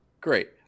Great